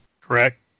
Correct